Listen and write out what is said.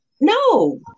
No